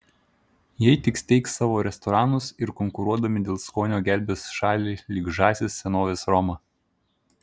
jei tik steigs savo restoranus ir konkuruodami dėl skonio gelbės šalį lyg žąsys senovės romą